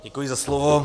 Děkuji za slovo.